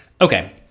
Okay